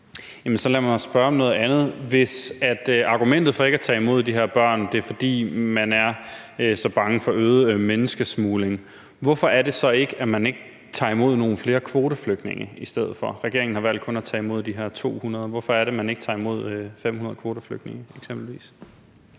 Så lad mig spørge om noget andet. Hvis argumentet for ikke at tage imod de her børn er, at man er så bange for øget menneskesmugling, hvorfor er det så, at man ikke tager imod nogle flere kvoteflygtninge i stedet for? Regeringen har valgt kun at tage imod de her 200 – hvorfor er det, at man ikke tager imod 500 kvoteflygtninge eksempelvis?